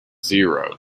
zero